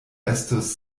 estos